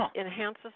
enhances